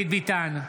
דוד ביטן,